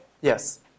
Yes